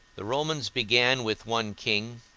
the romans began with one king